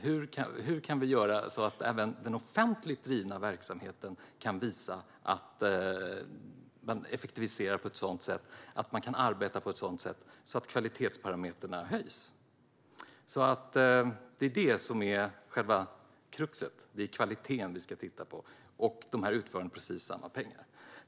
Hur kan vi göra så att även den offentligt drivna verksamheten kan effektivisera och arbeta på ett sådant sätt att kvalitetsparametrarna höjs? Det är det som är själva kruxet: Det är kvaliteten vi ska titta på. De här utförarna får precis samma pengar.